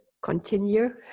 continue